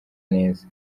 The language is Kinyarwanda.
neza